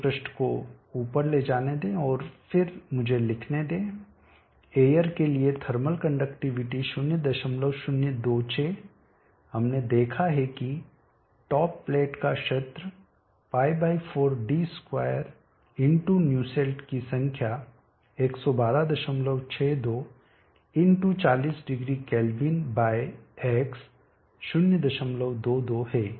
मुझे पृष्ठ को ऊपर ले जाने दें और फिर मुझे लिखने दें एयर के लिए थर्मल कंडक्टिविटी 0026 हमने देखा है कि टॉप प्लेट का क्षेत्र π4d2 न्यूसेल्ट की संख्या 11262 40 डिग्री केल्विन बाय X 022 है